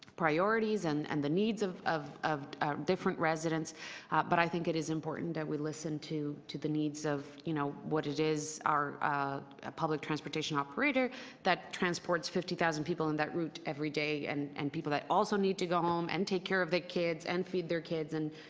priorityies and and the needs of of different residents but i think it is important that we listen to to the needs of, you know, what it is our public transportation operateor that transports fifty thousand people on that route every day and and people that also need to go home and take care of their kids and feed their kids and,